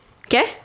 Okay